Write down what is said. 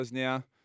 now